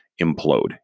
implode